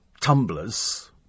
tumblers